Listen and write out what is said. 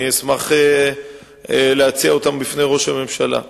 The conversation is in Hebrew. אני אשמח להציע אותן בפני ראש הממשלה,